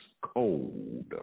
cold